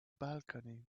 balcony